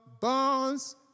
bonds